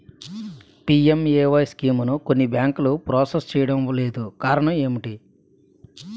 PMAY స్కీమును కొన్ని బ్యాంకులు ప్రాసెస్ చేయడం లేదు కారణం ఏమిటి?